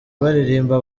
baririmba